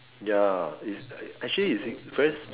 ya is actually is in very